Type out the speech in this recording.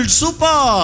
super